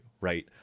right